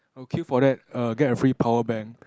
I'll queue for that err get a free power bank